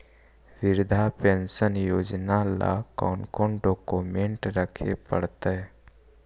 वृद्धा पेंसन योजना ल कोन कोन डाउकमेंट रखे पड़तै?